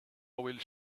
bhfuil